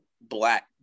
black